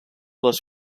les